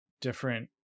different